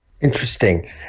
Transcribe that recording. Interesting